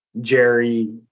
Jerry